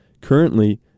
Currently